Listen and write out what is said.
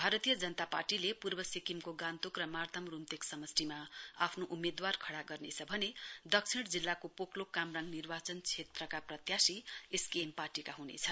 भारतीय जनता पार्टीले पूर्व सिक्किमको गान्तोक र मार्ताम रुम्तेक समष्टिमा आफ्नो उम्मेदवार खड़ा गर्नेछ भने दक्षिण जिल्लाको पोकलोक कामराङ निर्वाचन क्षेत्रका प्रत्याशी एसकेएम पार्टीका हुनेछ